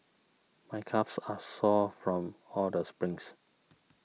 my calves are sore from all the sprints